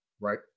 right